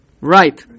Right